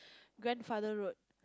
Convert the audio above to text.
grandfather road